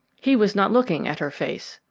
he was not looking at her face.